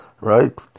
Right